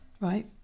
Right